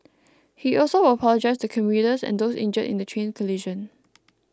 he also apologised to commuters and those injured in the train collision